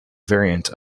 variant